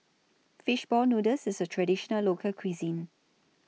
Fish Ball Noodles IS A Traditional Local Cuisine